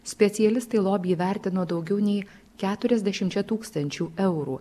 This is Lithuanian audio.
specialistai lobį įvertino daugiau nei keturiasdešimčia tūkstančių eurų